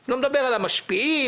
לא משנה איזו ממשלה תהיה ולא משנה אם